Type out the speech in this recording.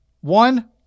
One